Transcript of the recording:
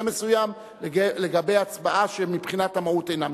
מסוים לבין הצבעה שמבחינת המהות אינה משתנה.